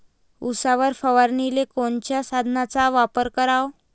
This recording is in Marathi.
उसावर फवारनीले कोनच्या साधनाचा वापर कराव?